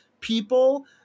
people